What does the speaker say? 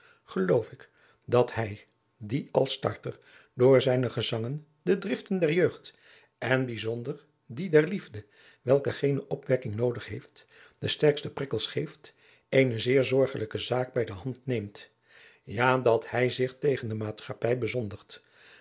geloof ik dat hij die als starter door zijne gezangen de driften der jeugd en bijzonder die der liefde welke geene opwekking noodig heeft de sterkste prikkels geeft eene zeer zorgelijke zaak bij de hand neemt ja dat hij zich tegen de maatschappij